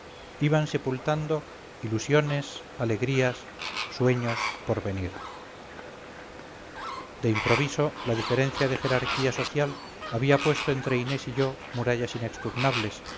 iban sepultando ilusiones alegrías sueños porvenir de improviso la diferencia de jerarquía social había puesto entre inés y yo murallas inexpugnables